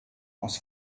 aus